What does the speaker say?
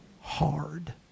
hard